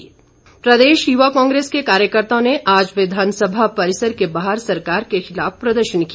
प्रदर्शन प्रदेश युवा कांग्रेस के कार्यकर्ताओं ने आज विधानसभा परिसर के बाहर सरकार के खिलाफ प्रदर्शन किया